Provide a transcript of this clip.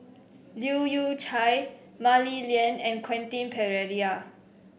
Leu Yew Chye Mah Li Lian and Quentin Pereira